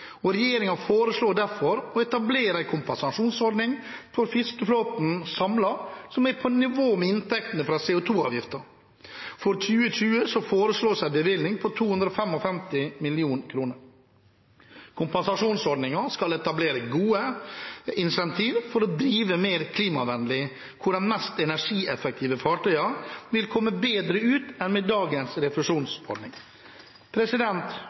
og regjeringen foreslår derfor å etablere en kompensasjonsordning for fiskeflåten samlet, som er på nivå med inntektene fra CO 2 -avgiften. For 2020 foreslås en bevilgning på 255 mill. kr. Kompensasjonsordningen skal etablere gode incentiver til å drive mer klimavennlig, hvor de mest energieffektive fartøyene vil komme bedre ut enn med dagens